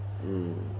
mmhmm